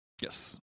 Yes